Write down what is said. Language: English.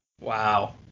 Wow